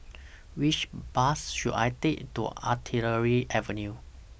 Which Bus should I Take to Artillery Avenue